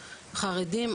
חרדים,